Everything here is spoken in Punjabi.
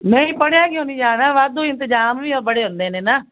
ਨਹੀਂ ਪੜ੍ਹਿਆ ਕਿਉਂ ਨਹੀਂ ਜਾਣਾ ਵਾਧੂ ਇੰਤਜ਼ਾਮ ਵੀ ਤਾਂ ਬੜੇ ਹੁੰਦੇ ਨੇ ਨਾ